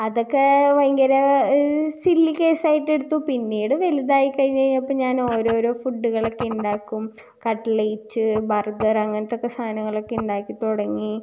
അതൊക്കെ ഭയങ്കര സില്ലി കേസായിട്ട് എടുത്തു പിന്നീട് വല്തായി കൈഞ്ഞ് കൈഞ്ഞപ്പം ഞാൻ ഓരോ ഓരോ ഫുഡ്ഡുകളൊക്കെ ഉണ്ടാക്കും കട്ട്ലേറ്റ് ബർഗറ് അങ്ങനത്തെ ഒക്കെ സാധനങ്ങളൊക്കെ ഉണ്ടാക്കി തുടങ്ങി